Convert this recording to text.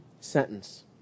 sentence